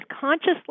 consciously